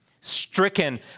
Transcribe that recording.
stricken